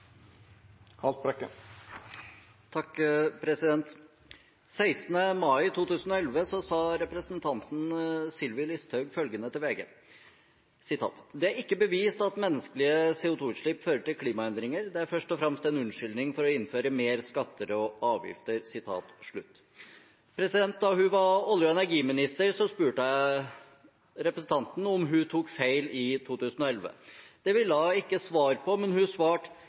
mai 2011 sa representanten Listhaug følgende til VG: «Det er ikke bevist at menneskelige CO 2 -utslipp fører til klimaendringer. Det er først og fremst en unnskyldning for å innføre mer skatter og avgifter.» Da hun var olje- og energiminister, spurte jeg henne om hun tok feil i 2011. Det ville hun ikke svare på, men hun svarte: